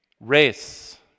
race